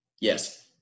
Yes